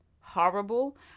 horrible